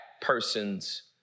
person's